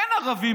אין ערבים,